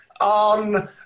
on